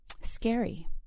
scary